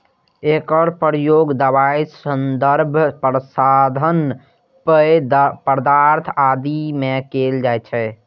एकर प्रयोग दवाइ, सौंदर्य प्रसाधन, पेय पदार्थ आदि मे कैल जाइ छै